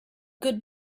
good